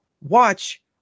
watch